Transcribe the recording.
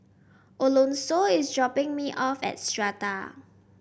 Alonso is dropping me off at Strata